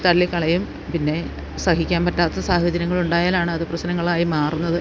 തള്ളിക്കളയും പിന്നെ സഹിക്കാൻ പറ്റാത്ത സാഹചര്യങ്ങൾ ഉണ്ടായാലാണ് അത് പ്രശ്നങ്ങളായി മാറുന്നത്